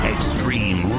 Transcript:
Extreme